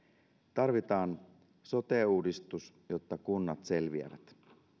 tarvitaan sote uudistus jotta kunnat selviävät